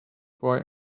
boy